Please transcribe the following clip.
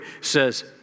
says